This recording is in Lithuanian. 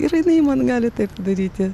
ir jinai man gali taip daryti